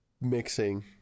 mixing